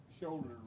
shoulder